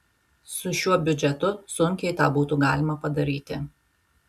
su šiuo biudžetu sunkiai tą būtų galima padaryti